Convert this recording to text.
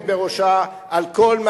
יכול להיות שיגיע, אתה תהיה ראש ממשלה, לא שר,